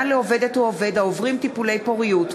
לעובדת או עובד העוברים טיפולי פוריות),